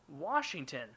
Washington